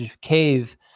cave